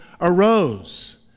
arose